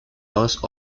dos